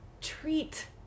treat